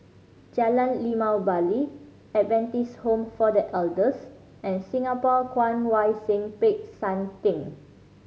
Jalan Limau Bali Adventist Home for The Elders and Singapore Kwong Wai Siew Peck San Theng